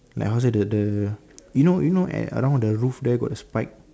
like how to say the the you know you know at around the roof there got the spike